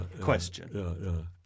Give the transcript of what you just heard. question